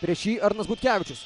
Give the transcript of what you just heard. prieš jį arnas butkevičius